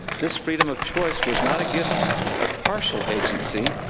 this freedom of choice was not a gift of partial agency,